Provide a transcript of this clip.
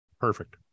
perfect